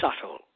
subtle